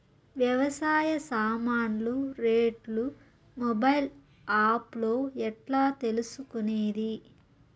వ్యవసాయ సామాన్లు రేట్లు మొబైల్ ఆప్ లో ఎట్లా తెలుసుకునేది?